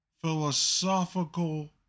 philosophical